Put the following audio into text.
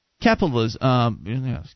Capitalism